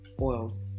oil